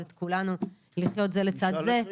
את כולנו לחיות זה לצד זה --- אולי נשאל את רבקה.